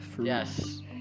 yes